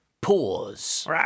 Pause